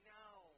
now